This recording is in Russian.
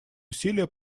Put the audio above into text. усилия